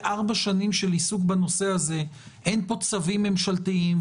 ארבע שנים של עיסוק בנושא הזה אין פה צווים ממשלתיים,